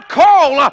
call